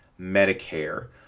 Medicare